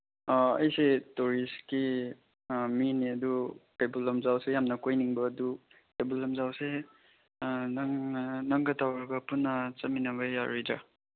ꯑꯥ ꯑꯩꯁꯦ ꯇꯨꯔꯤꯁꯀꯤ ꯃꯤꯅꯦ ꯑꯗꯨ ꯀꯩꯕꯨꯜ ꯂꯝꯖꯥꯎꯁꯦ ꯌꯥꯝꯅ ꯀꯣꯏꯅꯤꯡꯕ ꯑꯗꯨ ꯀꯩꯕꯨꯜ ꯂꯝꯖꯥꯎꯁꯦ ꯅꯪꯒ ꯇꯧꯔꯒ ꯄꯨꯟꯅ ꯆꯠꯃꯤꯟꯅꯕ ꯌꯥꯔꯣꯏꯗ꯭ꯔꯥ